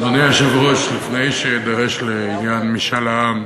אדוני היושב-ראש, לפני שאדרש לעניין משאל העם,